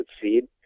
seed